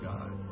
God